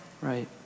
Right